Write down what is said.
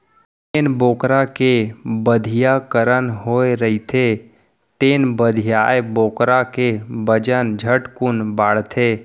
जेन बोकरा के बधियाकरन होए रहिथे तेन बधियाए बोकरा के बजन झटकुन बाढ़थे